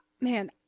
man